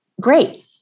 great